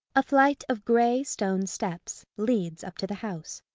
a flight of grey stone steps leads up to the house.